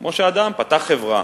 כמו שאדם פתח חברה,